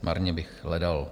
Marně bych hledal.